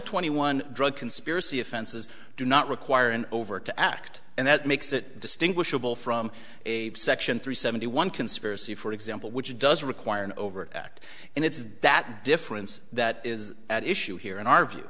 twenty one drug conspiracy offenses do not require an overt to act and that makes it distinguishable from a section three seventy one conspiracy for example which doesn't require an overt act and it's that difference that is at issue here in our view